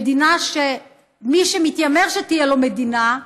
ומי שמתיימר שתהיה לו מדינה,